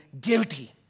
guilty